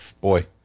boy